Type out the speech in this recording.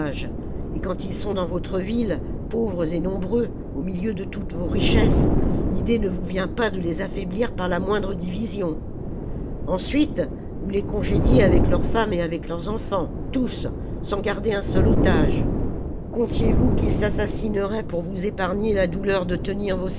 et quand ils sont dans votre ville pauvres et nombreux au milieu de toutes vos richesses l'idée ne vous vient pas de les affaiblir par la moindre division ensuite vous les congédiez avec leurs femmes et avec leurs enfants tous sans garder un seul otage comptiez vous qu'ils s'assassineraient pour vous épargner la douleur de tenir